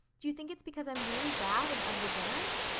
do you think it's because i'm really bad and unregenerate?